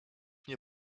mnie